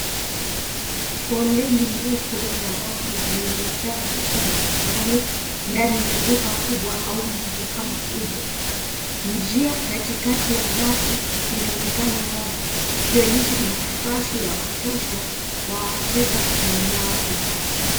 Foleni ndefu za rafu zilizojaa bidhaa mbali mbali ndani ya duka kubwa au maduka makubwa njia kati kati ya rafu inaonekana wazi ikionyesha nafasi ya kutosha kwa wateja kununua bidhaa